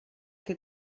que